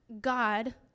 God